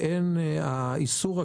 זה מה שרציתי לדעת.